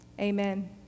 Amen